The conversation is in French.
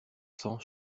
sang